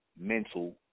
mental